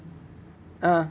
ah